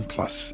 Plus